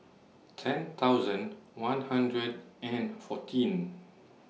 ten thousand one hundred and fourteen